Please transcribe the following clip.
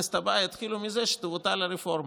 בכנסת הבאה יתחילו מזה שתבוטל הרפורמה.